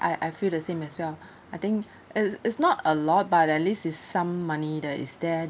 I I feel the same as well I think is is not a lot but at least it's some money that is there